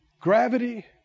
Gravity